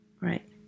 Right